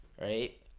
right